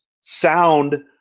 sound